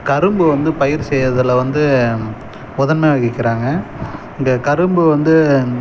கரும்பு வந்து பயிர் செய்யுறதுல வந்து மொதன்மை வகிக்கிறாங்க இந்த கரும்பு வந்து